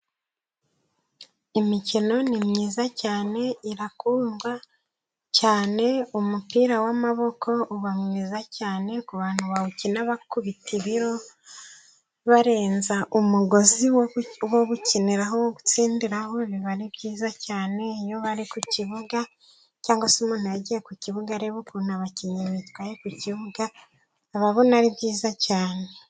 Imikino ni myiza cyane, irakundwa cyane. Umupira w'amaboko uba mwiza cyane ku bantu bawukina bakubita ibiro barenza umugozi wo gukiniraho, wo gutsindiraho biba ari byiza cyane. Iyo bari ku kibuga cyangwa se umuntu yagiye ku kibuga areba ukuntu abakinnyi bitwaye ku kibuga, aba abona ari byiza cyane.